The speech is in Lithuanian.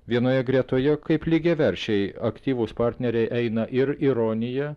vienoje gretoje kaip lygiaverčiai aktyvūs partneriai eina ir ironija